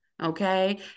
Okay